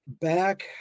Back